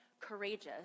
courageous